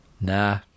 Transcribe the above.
Nah